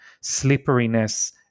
slipperiness